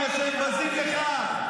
בגלל שהם בזים לך.